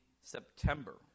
September